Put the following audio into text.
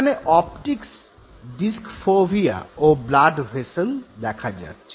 এখানে optics disc fovea ও blood vessel দেখা যাচ্ছে